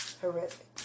horrific